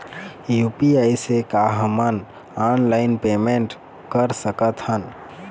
UPI से का हमन ऑनलाइन पेमेंट कर सकत हन?